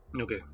Okay